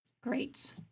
Great